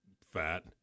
fat